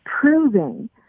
proving